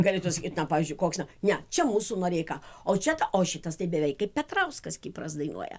galėtų sakyt na pavyzdžiui koks ne čia mūsų noreika o čia ta o šitas tai beveik kaip petrauskas kipras dainuoja